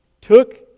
took